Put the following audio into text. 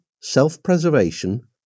self-preservation